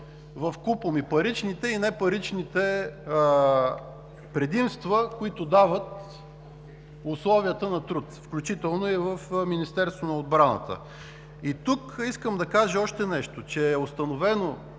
вкупом и паричните, и непаричните предимства, които дават условията на труд, включително и в Министерството на отбраната. Тук искам да кажа още нещо. Установено